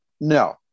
No